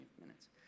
minutes